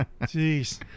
jeez